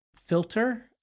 filter